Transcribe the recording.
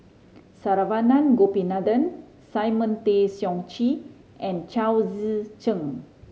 Saravanan Gopinathan Simon Tay Seong Chee and Chao Tzee Cheng